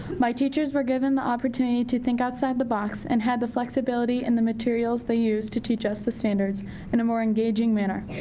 my teachers were given the opportunity to think outside the box and had the flexibility and the materials they used to teach us the standards in a more engaging manner.